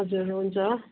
हजुर हुन्छ